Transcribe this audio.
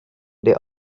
they